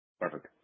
Perfect